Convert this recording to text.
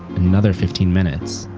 another fifteen minutes.